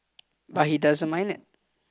but he doesn't mind it